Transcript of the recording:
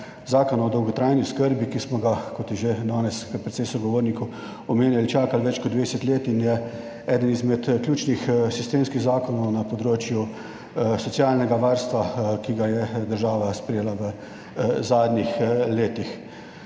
zakona o dolgotrajni oskrbi, ki smo ga, kot je že danes kar precej sogovornikov omenjali, čakali več kot 20 let in je eden izmed ključnih sistemskih zakonov na področju socialnega varstva, ki ga je država sprejela v zadnjih letih.